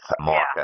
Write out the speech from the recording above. market